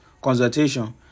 consultation